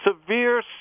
severe